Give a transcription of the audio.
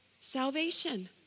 salvation